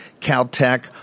Caltech